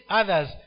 others